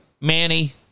Manny